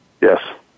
Yes